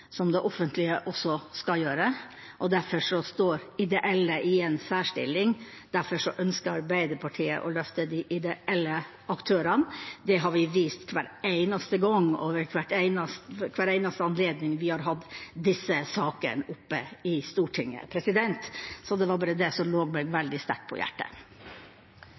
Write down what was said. det offentlige også skal gjøre, og derfor står ideelle i en særstilling. Derfor ønsker Arbeiderpartiet å løfte de ideelle aktørene. Det har vi vist hver eneste gang og ved hver eneste anledning vi har hatt disse sakene oppe i Stortinget. Det var bare det som lå meg veldig sterkt på hjertet.